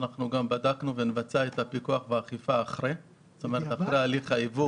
בדקנו ונבצע את הפיקוח והאכיפה אחרי הליך הייבוא.